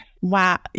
Wow